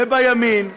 ובימין,